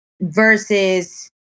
Versus